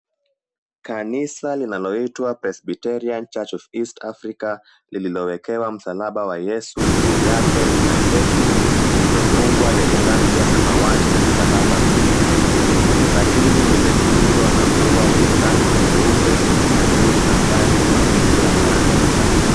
Kanisa linaloitwa Presbyterian church of east Africa lililowekewa msalaba wa Yesu juu yake lina geti lililofungwa lenye rangi ya samawati na misalaba miwili. Kanisa hili limezingirwa na ua wenye rangi nyeupe na juu angani mawingu yameanza kutanda.